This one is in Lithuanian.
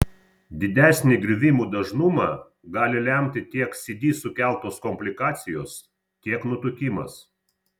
didesnį griuvimų dažnumą gali lemti tiek cd sukeltos komplikacijos tiek nutukimas